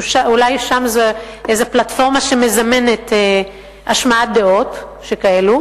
אולי שם זאת איזו פלטפורמה שמזמנת השמעת דעות שכאלה.